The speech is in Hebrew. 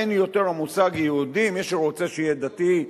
אין יותר המושג "יהודי", מי שרוצה, שיהיה דתי.